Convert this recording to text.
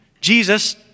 Jesus